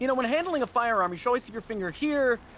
you know when handling a firearm, you should always keep your finger here,